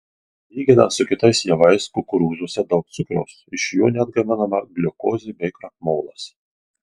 lyginant su kitais javais kukurūzuose daug cukraus iš jų net gaminama gliukozė bei krakmolas